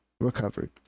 recovered